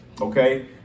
okay